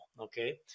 okay